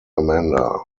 amanda